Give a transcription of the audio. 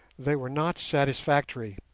they were not satisfactory.